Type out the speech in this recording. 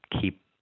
keep